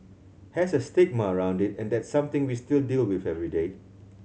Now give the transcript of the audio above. has a stigma around it and that's something we still deal with every day